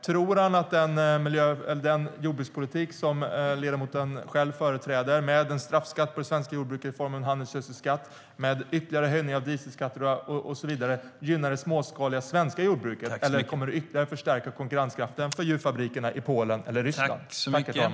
Tror han att den jordbrukspolitik som han själv företräder - med en straffskatt på det svenska jordbruket i form av en handelsgödselskatt, ytterligare höjningar av dieselskatter och så vidare - gynnar det småskaliga svenska jordbruket? Eller kommer det ytterligare att förstärka konkurrenskraften för djurfabrikerna i Polen eller Ryssland?